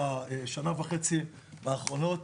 ובשנה וחצי האחרונות,